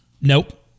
Nope